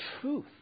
truth